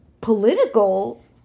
political